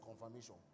confirmation